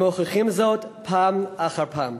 הם מוכיחים זאת פעם אחר פעם.